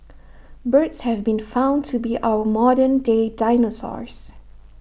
birds have been found to be our modern day dinosaurs